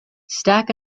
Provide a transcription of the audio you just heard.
stack